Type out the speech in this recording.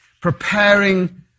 preparing